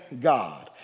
God